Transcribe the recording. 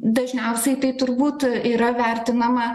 dažniausiai tai turbūt yra vertinama